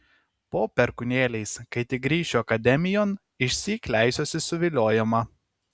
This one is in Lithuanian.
po perkūnėliais kai tik grįšiu akademijon išsyk leisiuosi suviliojama